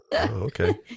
Okay